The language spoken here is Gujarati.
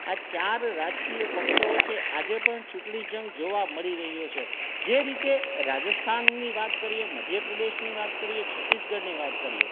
આ ચાર રાજકીય પક્ષો વચ્ચે આજે પણ ચૂંટણી જંગ જોવા મળી રહ્યો છે જે રીતે રાજસ્થાનની વાત કરીએ મધ્ય પ્રદેશની વાત કરીએ છત્તીસગઢની વાત કરીએ